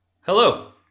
Hello